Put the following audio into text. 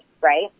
right